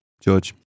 George